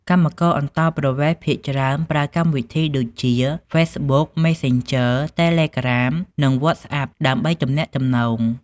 កម្មករអន្តោប្រវេសន៍ភាគច្រើនប្រើកម្មវិធីដូចជា Facebook Messenger Telegram និង WhatsApp ដើម្បីទំនាក់ទំនង។